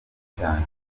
cyane